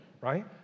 right